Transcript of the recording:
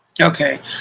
okay